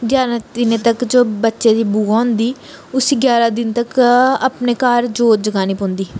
ग्याराह् दिनें तक जो बच्चे दी बुआ होंदी उसी ग्याराह् दिन तक अपने घर जोत जगानी पौंदी